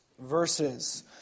verses